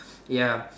ya